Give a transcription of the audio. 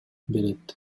берет